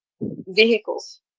vehicles